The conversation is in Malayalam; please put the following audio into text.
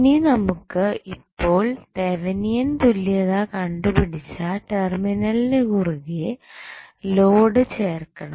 ഇനി നമുക്ക് ഇപ്പോൾ തെവനിയൻ തുല്യതാ കണ്ടുപിടിച്ച ടെർമിനലിനു കുറുകേ ലോഡ് ചേർക്കണം